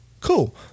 cool